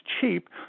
cheap